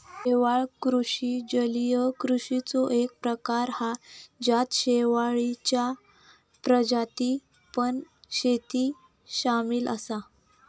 शेवाळ कृषि जलीय कृषिचो एक प्रकार हा जेच्यात शेवाळींच्या प्रजातींची पण शेती सामील असा